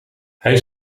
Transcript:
hij